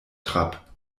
trab